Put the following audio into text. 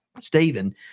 Stephen